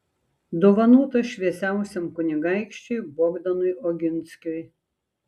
dovanota šviesiausiam kunigaikščiui bogdanui oginskiui